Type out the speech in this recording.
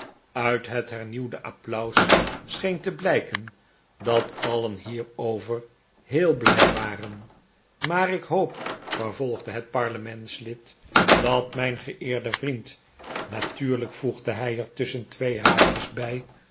uit het hernieuwde applaus scheen te talijken dat alien hierover heel blij waren maar ik hoop vervolgde het parlementslid dat mijn geeerde vriend natuurlijk voegde hij er tusschen twee haakjes bij